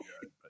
good